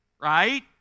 right